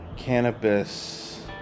Cannabis